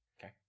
okay